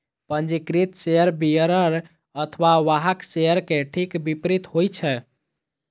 पंजीकृत share bearer अथवा वाहक शेयर के ठीक विपरीत होइ छै